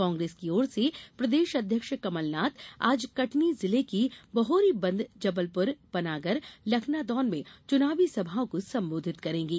कांग्रेस की ओर से प्रदेश अध्यक्ष कमलनाथ आज कटनी जिले की बहोरीबंद जबलपुर पनागर लखनादौन में चुनावी सभाओं को संबोधित करेंगे